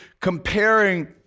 comparing